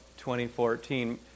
2014